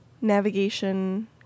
Navigation